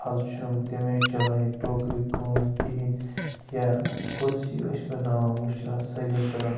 آز چھُنہٕ وٕ تمہِ آیہِ چلان یہِ ٹوکرِ کٲم کِہیٖنۍ یا کُرسی ٲسۍ بَناوان وۄنۍ چھِ آز سٲلِم کَران